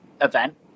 event